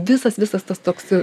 visas visas tas toks